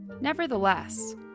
Nevertheless